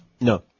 No